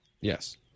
Yes